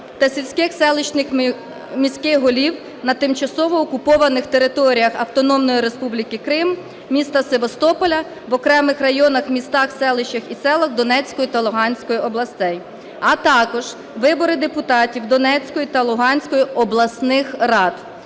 та сільських, селищних, міських голів на тимчасово окупованих територіях Автономної Республіки Крим, міста Севастополя в окремих районах, містах, селищах і селах Донецької та Луганської областей, а також вибори депутатів Донецької та Луганської обласних рад,